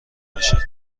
باشد